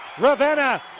Ravenna